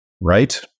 right